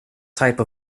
type